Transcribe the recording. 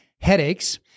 headaches